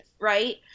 right